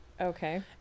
Okay